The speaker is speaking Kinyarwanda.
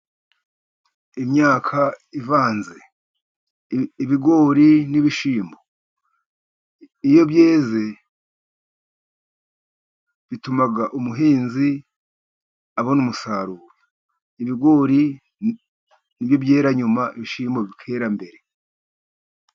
Imyaka ivanze, ibigori n'ibishimbo, iyo byeze bituma umuhinzi abona umusaruro. Ibigori ni byo byera nyuma, ibishyimbo bikera mbere.